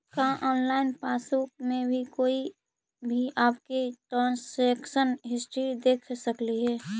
का online passbook में कोई भी आपकी ट्रांजेक्शन हिस्ट्री देख सकली हे